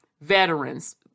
veterans